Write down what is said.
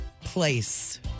Place